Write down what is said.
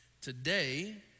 today